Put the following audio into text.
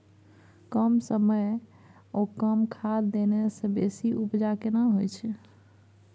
कम समय ओ कम खाद देने से बेसी उपजा केना होय छै?